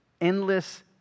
endless